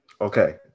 Okay